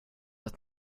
ett